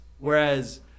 Whereas